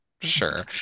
Sure